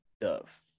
dove